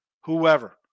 Whoever